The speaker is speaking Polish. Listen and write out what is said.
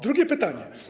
Drugie pytanie.